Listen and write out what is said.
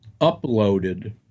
uploaded